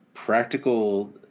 Practical